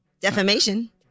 defamation